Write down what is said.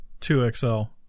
2XL